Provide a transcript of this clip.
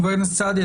חבר הכנסת סעדי,